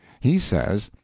he says